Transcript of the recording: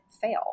fail